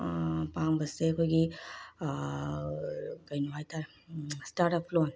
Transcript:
ꯑꯄꯥꯝꯕꯁꯦ ꯑꯩꯈꯣꯏꯒꯤ ꯀꯩꯅꯣ ꯍꯥꯏꯇꯥꯔꯦ ꯁ꯭ꯇꯥꯔꯠꯑꯞ ꯂꯣꯟ